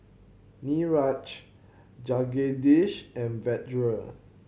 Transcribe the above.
Niraj Jagadish and Vedre